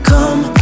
Come